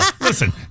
Listen